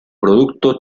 producto